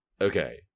Okay